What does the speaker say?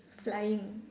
flying